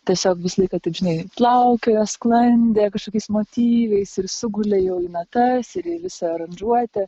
tiesiog visą laiką taip žinai plaukiojo sklandė kažkokiais motyvais ir sugulė jau į natas ir į visą aranžuotę